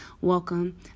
welcome